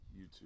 YouTube